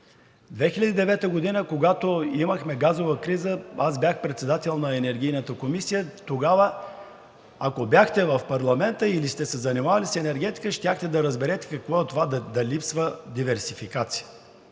2009 г., когато имахме газова криза, аз бях председател на Енергийната комисия. Тогава, ако бяхте в парламента или сте се занимавали с енергетиката, щяхте да разберете какво е това да липсва диверсификация